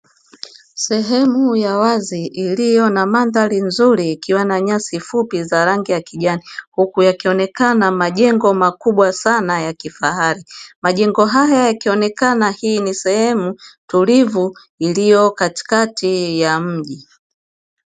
Sehemu ya wazi iliyo na mandhari nzuri ikiwa na nyasi fupi za rangi ya kijani, huku yakionekana majengo makubwa sana ya kifahari. Majengo haya yakionekana hii ni sehemu tulivu iliyo katikati ya mji.